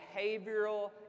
behavioral